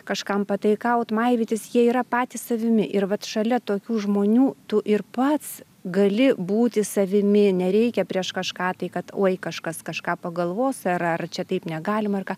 kažkam pataikaut maivytis jie yra patys savimi ir vat šalia tokių žmonių tu ir pats gali būti savimi nereikia prieš kažką tai kad oi kažkas kažką pagalvos ar ar čia taip negalima ir ką